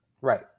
right